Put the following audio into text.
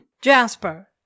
Jasper